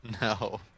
No